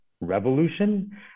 revolution